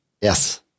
Yes